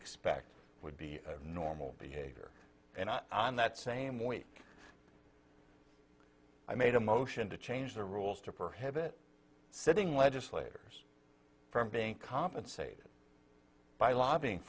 expect would be normal behavior and i on that same week i made a motion to change the rules to prohibit sitting legislators from being compensated by lobbying